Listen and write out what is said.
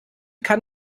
kann